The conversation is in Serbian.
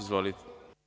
Izvolite.